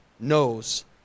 knows